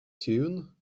tune